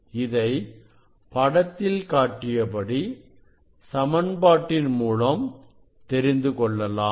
இதை படத்தில் காட்டிய சமன்பாட்டின் மூலம் தெரிந்துகொள்ளலாம்